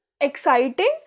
exciting